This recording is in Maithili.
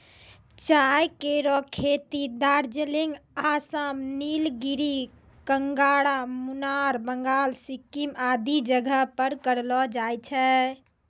चाय केरो खेती दार्जिलिंग, आसाम, नीलगिरी, कांगड़ा, मुनार, बंगाल, सिक्किम आदि जगह पर करलो जाय छै